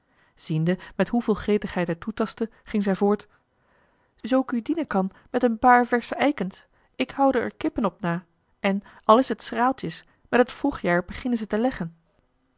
ziende met hoeveel gretigheid hij toetastte ging zij voort zoo ik u dienen kan met een paar versche eikens ik houde er kippen op na en al is t schraaltjes met het vroegjaar beginnen zij te leggen